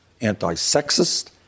anti-sexist